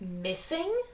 missing